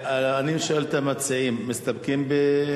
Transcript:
אני אשאל את המציעים: אתם מסתפקים?